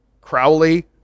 Crowley